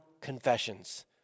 confessions